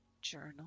Journal